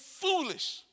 foolish